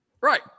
Right